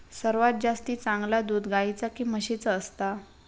सर्वात जास्ती चांगला दूध गाईचा की म्हशीचा असता?